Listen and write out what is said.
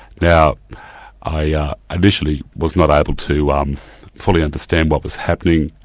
now i ah initially was not able to um fully understand what was happening.